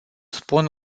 spun